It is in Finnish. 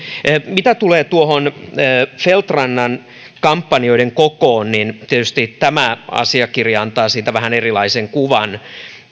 mitä tulee noihin feldt rannan huomioihin kampanjoiden koosta niin tietysti tämä asiakirja antaa siitä vähän erilaisen kuvan